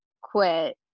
quit